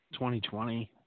2020